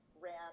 ran